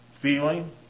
Feeling